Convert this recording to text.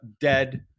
dead